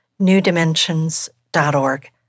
newdimensions.org